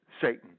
Satan